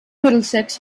middlesex